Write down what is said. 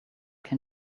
can